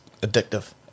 addictive